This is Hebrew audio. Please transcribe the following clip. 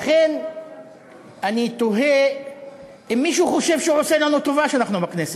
לכן אני תוהה אם מישהו חושב שהוא עושה לנו טובה שאנחנו בכנסת.